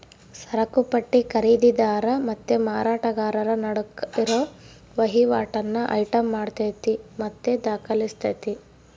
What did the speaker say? ಸರಕುಪಟ್ಟಿ ಖರೀದಿದಾರ ಮತ್ತೆ ಮಾರಾಟಗಾರರ ನಡುಕ್ ಇರೋ ವಹಿವಾಟನ್ನ ಐಟಂ ಮಾಡತತೆ ಮತ್ತೆ ದಾಖಲಿಸ್ತತೆ